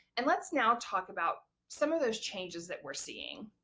and let's now talk about some of those changes that we're seeing.